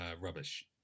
rubbish